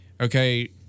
Okay